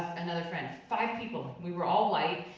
another friend. five people. we were all white.